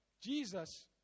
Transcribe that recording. Jesus